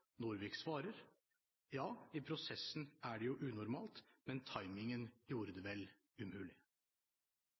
Norvik svarer: «Ja, i prosessen er det jo unormalt, men timingen gjorde det vel umulig.»